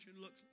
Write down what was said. looks